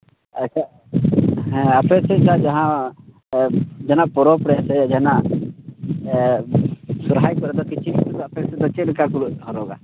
ᱟᱪᱪᱷᱟ ᱟᱯᱮ ᱥᱮᱫ ᱡᱟᱦᱟᱸ ᱡᱟᱦᱟᱱᱟᱜ ᱯᱚᱨᱚᱵᱽ ᱨᱮᱥᱮ ᱡᱟᱦᱟᱱᱟᱜ ᱥᱚᱨᱦᱟᱭ ᱠᱚᱨᱮᱫ ᱫᱚ ᱠᱤᱪᱨᱤᱡ ᱠᱚᱫᱚ ᱪᱮᱫ ᱞᱮᱠᱟ ᱠᱚ ᱦᱚᱨᱚᱜᱽᱼᱟ